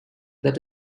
that